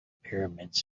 pyramids